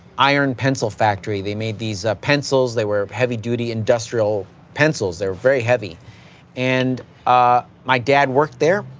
iron pencil factory. they made these pencils. they were heavy duty industrial pencils. they're very heavy and ah my dad worked there.